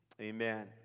Amen